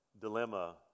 dilemma